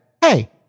Hey